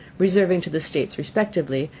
reserving to the states respectively,